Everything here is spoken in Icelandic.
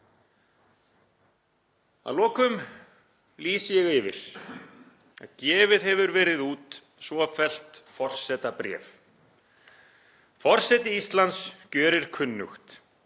Að lokum lýsi ég yfir að gefið hefur verið út svofellt forsetabréf: ,,Forseti Íslands gjörir kunnugt: